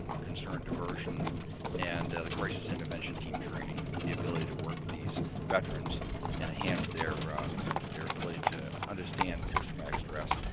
concerned diversion and the crisis intervention team training. the ability to work with these veterans and enhance their their ability to understand post-traumatic stress,